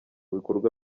bikorwa